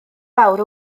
fawr